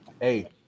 Hey